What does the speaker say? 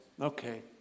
Okay